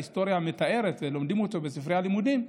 ההיסטוריה מתארת ולומדים בספרי הלימודים,